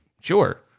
Sure